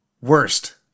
worst